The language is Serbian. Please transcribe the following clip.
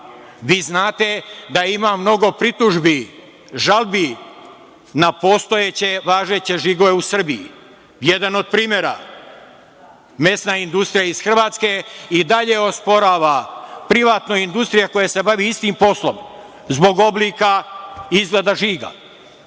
Vi znate da ima mnogo pritužbi, žalbi na postojeće, važeće žigove u Srbiji. Jedan od primera, mesna industrija iz Hrvatske i dalje osporava, privatna industrija koja se bavi istim poslom zbog oblika izgleda žiga